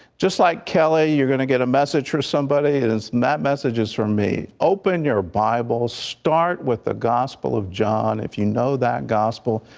just like kelly you're going to get a message from somebody and and that messages from me. open your bible, start with the gospel of john, if you know that gospel,